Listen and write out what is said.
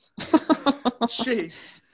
Jeez